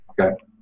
okay